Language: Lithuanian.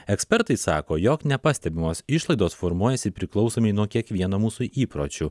ekspertai sako jog nepastebimos išlaidos formuojasi priklausomai nuo kiekvieno mūsų įpročių